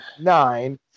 nine